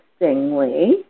Interestingly